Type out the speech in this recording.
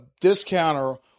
discounter